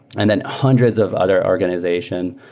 and then hundreds of other organization,